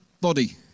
body